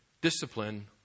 discipline